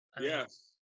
Yes